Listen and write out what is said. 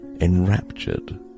enraptured